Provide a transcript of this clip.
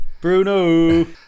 Bruno